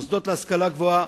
למוסדות להשכלה גבוהה,